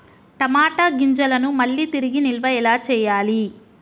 టమాట గింజలను మళ్ళీ తిరిగి నిల్వ ఎలా చేయాలి?